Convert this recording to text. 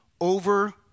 over